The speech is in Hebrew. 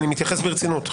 אני מתייחס ברצינות.